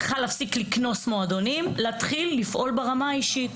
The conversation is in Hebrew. להפסיק לקנוס מועדונים ולהתחיל לפעול ברמה האישית.